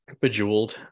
Bejeweled